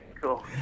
cool